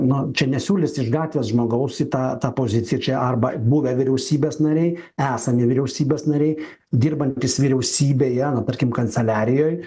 nu čia nesiūlys iš gatvės žmogaus į tą tą poziciją čia arba buvę vyriausybės nariai esami vyriausybės nariai dirbantys vyriausybėje tarkim kanceliarijoj